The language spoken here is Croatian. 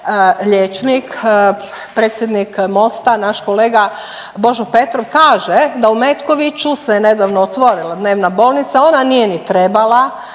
liječnik predsjednik MOST-a, naš kolega Božo Petrov kaže da u Metkoviću se nedavno otvorila dnevna bolnica. Ona nije ni trebala